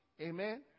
Amen